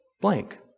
blank